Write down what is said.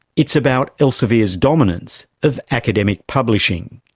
it's about elsevier's dominance of academic publishing.